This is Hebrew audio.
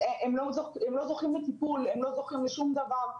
הם לא זוכים לטיפול, הם לא זוכים לשום דבר,